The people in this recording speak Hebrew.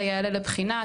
אלא יעלה לבחינה.